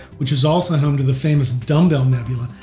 which is also home to the famous dumbbell nebula,